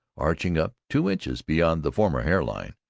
arching up two inches beyond the former hair-line.